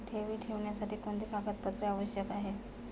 ठेवी ठेवण्यासाठी कोणते कागदपत्रे आवश्यक आहे?